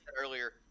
earlier